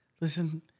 listen